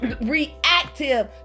reactive